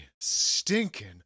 stinking